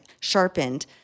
sharpened